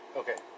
okay